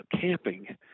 camping